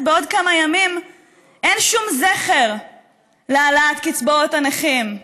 בעוד כמה ימים אין שום זכר להעלאת קצבאות הנכים.